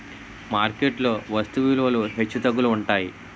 market లో వస్తు విలువలు హెచ్చుతగ్గులు ఉంటాయి